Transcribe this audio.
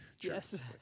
Yes